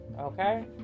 okay